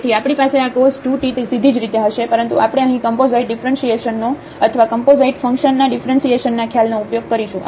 તેથી આપણી પાસે આ cos 2 t સીધી જ રીતે હશે પરંતુ આપણે અહીં કમ્પોઝાઈટ ડિફ્રન્સિએસન નો અથવા કમ્પોઝાઈટ ફંક્શન ના ડિફ્રન્સિએસન ના ખ્યાલનો ઉપયોગ કરીશું